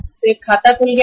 तो एक खाता खुल गया है